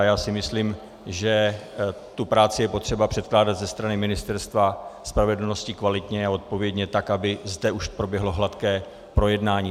Já si myslím, že tu práci je potřeba předkládat ze strany Ministerstva spravedlnosti kvalitně a odpovědně, tak aby zde už proběhlo hladké projednání.